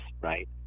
right